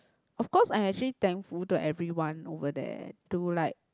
of course I actually thankful to everyone over there to like